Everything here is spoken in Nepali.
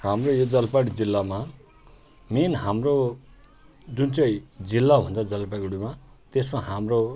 हाम्रो यो जलपाइगुडी जिल्लामा मेन हाम्रो जुन चाहिँ जिल्ला भन्छ जलपाइगुडीमा त्यसमा हाम्रो